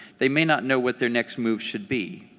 they may not know what their next move should be.